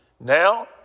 Now